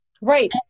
Right